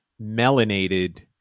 melanated